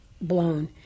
blown